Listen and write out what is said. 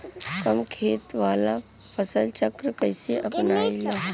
कम खेत वाला फसल चक्र कइसे अपनाइल?